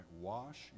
Wash